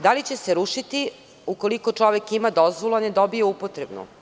Da li će se rušiti ukoliko čovek ima dozvolu, ali je dobio upotrebnu?